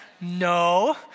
No